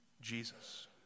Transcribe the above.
Jesus